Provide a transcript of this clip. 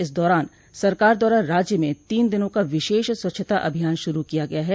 इस दौरान सरकार द्वारा राज्य में तीन दिनों का विशेष व्यापक स्वच्छता अभियान शुरू किया गया है